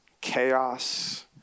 chaos